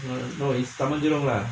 no is taman jurong lah